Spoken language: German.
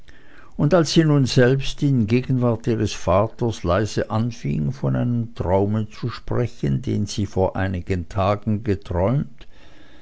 und als sie nun selbst in gegenwart ihres vaters leise anfing von einem traume zu sprechen den sie vor einigen tagen geträumt